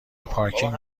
پارکینگ